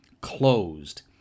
closed